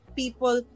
people